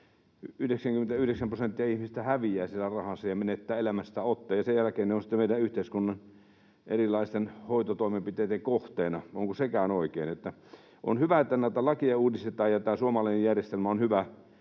99 prosenttia ihmisistä häviää siellä rahansa ja menettää elämästä otteen, ja sen jälkeen he ovat sitten meidän yhteiskunnan erilaisten hoitotoimenpiteitten kohteina. Onko sekään oikein? On hyvä, että näitä lakeja uudistetaan. Tämä suomalainen järjestelmä on hyvä.